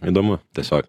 įdomu tiesiog